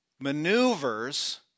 maneuvers